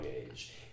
age